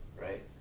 right